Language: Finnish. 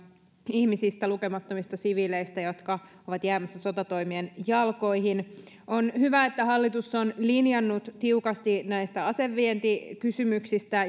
ihmisistä lukemattomista siviileistä jotka ovat jäämässä sotatoimien jalkoihin on hyvä että hallitus on linjannut tiukasti näistä asevientikysymyksistä